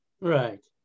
right